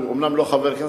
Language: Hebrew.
שהוא אומנם לא חבר כנסת,